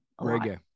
Reggae